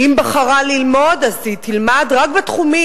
אם היא בחרה ללמוד אז היא תלמד רק בתחומים